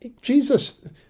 Jesus